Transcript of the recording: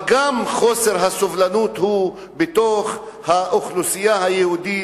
קיים גם חוסר סובלנות בתוך האוכלוסייה היהודית,